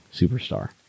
superstar